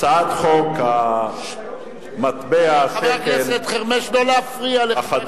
הצעת חוק מטבע השקל החדש